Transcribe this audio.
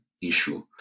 issue